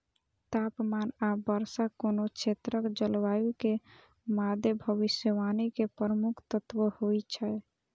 तापमान आ वर्षा कोनो क्षेत्रक जलवायु के मादे भविष्यवाणी के प्रमुख तत्व होइ छै